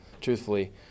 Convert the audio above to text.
truthfully